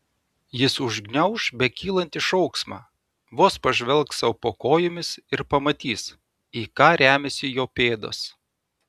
jis užgniauš bekylantį šauksmą vos pažvelgs sau po kojomis ir pamatys į ką remiasi jo pėdos